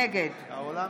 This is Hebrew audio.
נגד ישראל אייכלר,